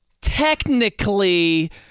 technically